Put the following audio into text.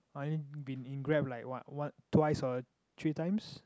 I only been in Grab in like what one twice or three times